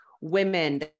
women